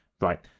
right